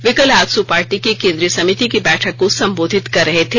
वे कल आजसू पार्टी के केन्द्रीय समिति की बैठक को संबोधित कर रहे थे